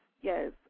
yes